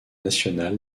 national